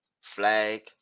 Flag